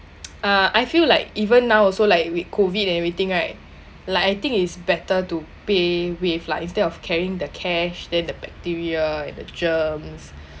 uh I feel like even now also like with COVID and everything right like I think it's better to pay wave lah instead of carrying the cash then the bacteria and the germs